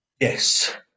Yes